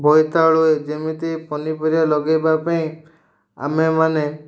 ବୋଇତାଳୁ ଯେମିତି ପନିପରିବା ଲଗେଇବା ପାଇଁ ଆମେମାନେ